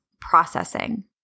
processing